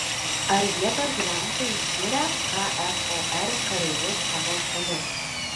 ar vietos gyventojai skiria kfor kareivius pagal šalis